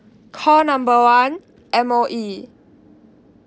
call number one M_O_E